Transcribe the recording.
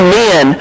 men